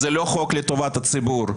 זה לא חוק לטובת הציבור.